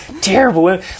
Terrible